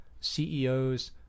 CEOs